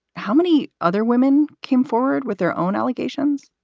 how many other women came forward with their own allegations?